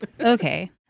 okay